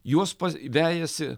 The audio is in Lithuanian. juos vejasi